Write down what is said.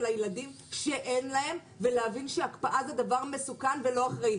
הילדים שאין להם ולהבין שהקפאה זה דבר מסוכן ולא אחראי,